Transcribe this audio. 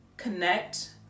Connect